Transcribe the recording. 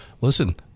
Listen